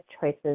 Choices